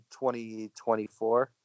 2024